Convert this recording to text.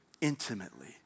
intimately